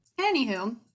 anywho